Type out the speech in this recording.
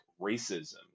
racism